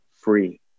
free